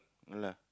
no lah